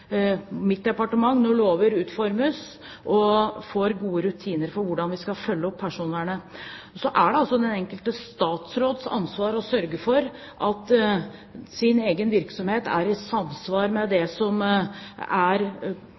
mitt departement når lover utformes, og får gode rutiner for hvordan vi skal følge opp personvernet. Det er altså den enkelte statsråds ansvar å sørge for at egen virksomhet er i samsvar med Stortingets vedtak, og følge opp det. Så har vi Datatilsynet, som